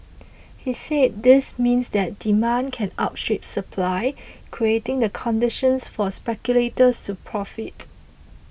he said this means that demand can outstrip supply creating the conditions for speculators to profit